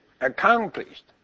accomplished